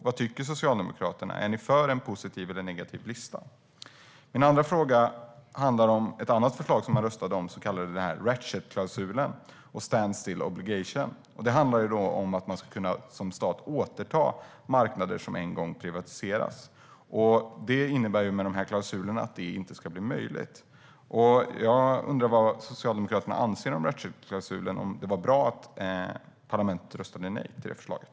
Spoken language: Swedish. Vad tycker Socialdemokraterna - är ni för en positiv eller en negativ lista? Min andra fråga handlar om ett annat förslag som man röstade om, den så kallade ratchetklausulen och standstill obligation. Det handlar om att man som stat ska kunna återta marknader som en gång privatiserats. De här klausulerna innebär att det inte ska bli möjligt, och jag undrar vad Socialdemokraterna anser om ratchetklausulen. Var det bra att parlamentet röstade nej till det förslaget?